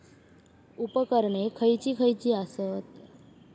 उपकरणे खैयची खैयची आसत?